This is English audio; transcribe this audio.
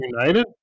United